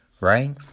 right